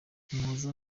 umuhoza